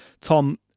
Tom